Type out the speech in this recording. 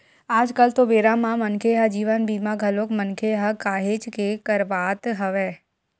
आज कल तो बेरा म मनखे ह जीवन बीमा घलोक मनखे ह काहेच के करवात हवय